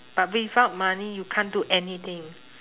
but without money you can't do anything